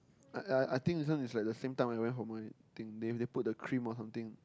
I I I think this one is at the same time we went thing they they put the cream or something